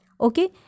Okay